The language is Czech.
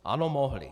Ano, mohli.